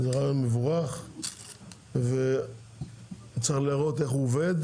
זה רעיון מבורך וצריך לראות איך הוא עובד